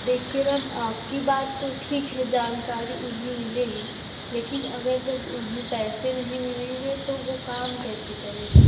देखिए मैम आपकी बात तो ठीक है जानकारी उन्हें मिलेगी लेकिन अगर जब उन्हें पैसे नहीं मिलेंगे तो वे काम कैसे करेंगे